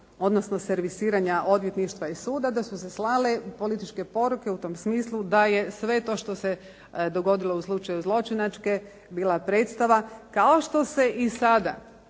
odnosno servisiranja odvjetništva i suda da su se slale političke poruke u tom smislu da je sve to što se dogodilo u slučaju zločinačke bila predstava kao što se i sada